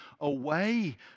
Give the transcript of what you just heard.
away